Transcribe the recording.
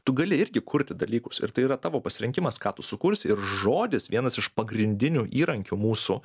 tu gali irgi kurti dalykus ir tai yra tavo pasirinkimas ką tu sukursi ir žodis vienas iš pagrindinių įrankių mūsų